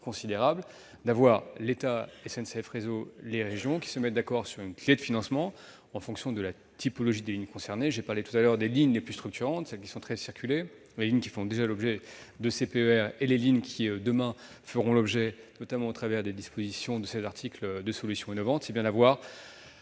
c'est bien de voir l'État, SNCF Réseau, les régions se mettre d'accord sur une clé de financement, en fonction de la typologie des lignes concernées. J'ai parlé des lignes les plus structurantes, c'est-à-dire de celles qui sont très fréquentées, des lignes qui font déjà l'objet de CPER et des lignes qui, demain, feront l'objet, notamment au travers des dispositions de ces articles, de solutions innovantes.